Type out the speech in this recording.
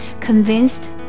convinced